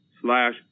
slash